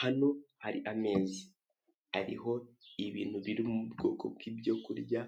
Hano hari ameza. Ariho ibintu biri mu bwoko bwibyo kuryo